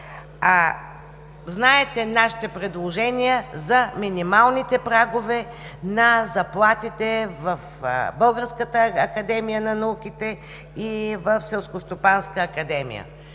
Знаете нашите предложения за минималните прагове на заплатите в Българската академия на науките и в Селскостопанска академия.